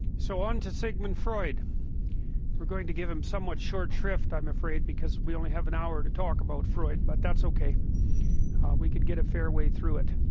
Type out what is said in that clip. so on to sigmund freud we're going to give him somewhat short shrift. i'm afraid because we only have an hour to talk about freud, but that's okay we could get a fair way through it